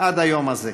עד היום הזה.